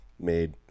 Made